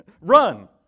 Run